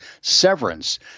severance